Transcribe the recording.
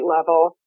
level